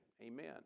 Amen